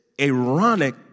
ironic